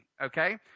Okay